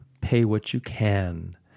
pay-what-you-can